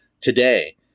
today